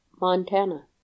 Montana